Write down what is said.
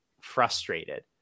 frustrated